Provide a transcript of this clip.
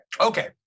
Okay